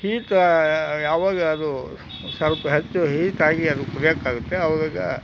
heat ಯಾವಾಗ ಅದು ಸ್ವಲ್ಪ ಹೆಚ್ಚು ಹೀಟ್ ಆಗಿ ಅದು ಕುದಿಯಾಕೆ ಆಗುತ್ತೆ ಆವಾಗ